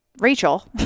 Rachel